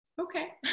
Okay